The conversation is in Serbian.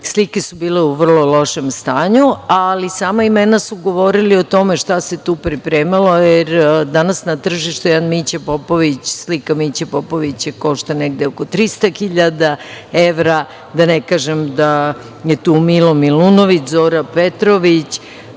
Slike su bile u vrlo lošem stanju, ali sama imena su govorila o tome šta se tu pripremalo, jer danas na tržištu jedan Mića Popović, slika Miće Popovića košta negde oko 300.000 evra, da ne kažem da je tu Milo Milunović, Zora Petrović,